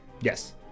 Yes